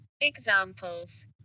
Examples